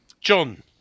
John